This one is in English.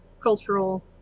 cultural